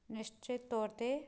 ਨਿਸਚਿਤ ਤੌਰ 'ਤੇ